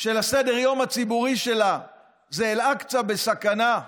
של סדר-היום הציבורי שלה זה "אל-אקצא בסכנה",